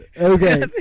Okay